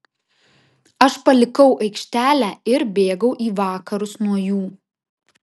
aš palikau aikštelę ir bėgau į vakarus nuo jų